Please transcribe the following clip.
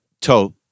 toe